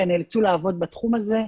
ונאלצו לעבוד בתחום הזה,